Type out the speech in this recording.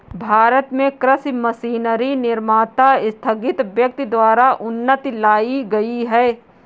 भारत में कृषि मशीनरी निर्माता स्थगित व्यक्ति द्वारा उन्नति लाई गई है